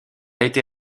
été